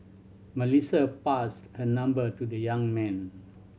Melissa passed her number to the young man